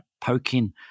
poking